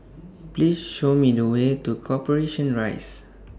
Please Show Me The Way to Corporation Rise